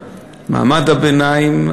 מעמד הביניים,